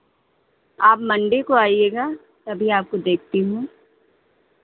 आप मंडे को आइएगा तभी आपको देखती हूँ